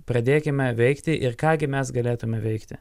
pradėkime veikti ir ką gi mes galėtume veikti